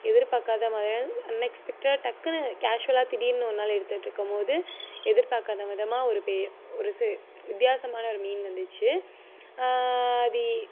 எதிர்பார்க்காத வகையில் unexpected டக்குன்னு கேஷ்வலாக திடீர்ன்னு ஒரு நாள் எடுத்துகிட்ருக்கம்போது எதிர்பார்க்காத விதமாக ஒரு பெ ஒரு சி வித்தியாசமான ஒரு மீன் வந்துச்சு அது